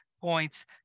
points